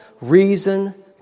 reason